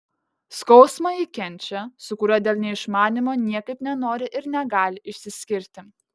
skausmą ji kenčia su kuriuo dėl neišmanymo niekaip nenori ir negali išsiskirti